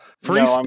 Free